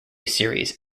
series